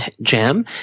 jam